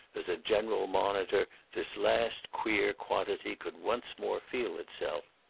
as a general monitor, this last queer quantity could once more feel itself.